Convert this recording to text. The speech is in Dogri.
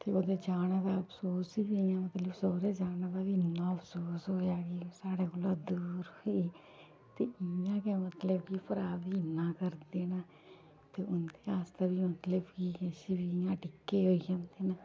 ते ओह्दे जाने दा अफसोस बी इ'यां साढ़े सौह्रे जाने दा बी इन्ना अफसोस होएआ कि साढ़े कोला दूर ही ते इ'यां गै मतलब कि भ्राऽ बी इन्ना करदे न ते उंदे आस्तै बी मतलब कि असें बी इयां डिक्कें होई जंदे न